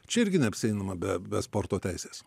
čia irgi neapsieinama be be sporto teisės